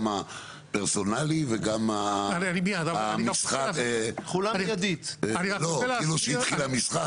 גם הפרסונלי וגם כאילו שהתחיל המשחק,